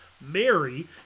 Mary